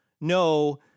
No